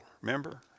remember